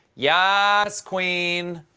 yaaas queen.